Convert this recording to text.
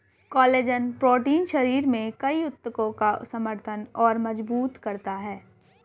collagen protein शरीर में कई ऊतकों का समर्थन और मजबूत करता है